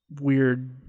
weird